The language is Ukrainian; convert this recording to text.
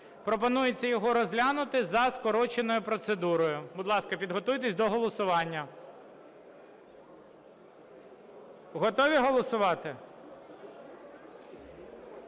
Пропонується його розглянути за скороченою процедурою. Будь ласка, підготуйтесь до голосування. Готові голосувати?